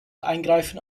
eingreifen